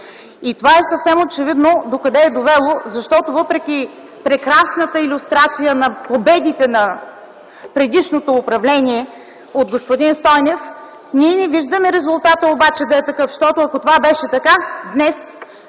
Това е съвсем очевидно докъде е довело, защото въпреки прекрасната илюстрация на победите на предишното управление от господин Стойнев, ние обаче не виждаме резултатът да е такъв. Ако това беше така днес